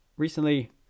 recently